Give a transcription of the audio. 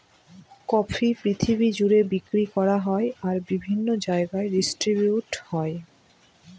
coffee পৃথিবী জুড়ে বিক্রি করা হয় আর বিভিন্ন জায়গায় ডিস্ট্রিবিউট হয়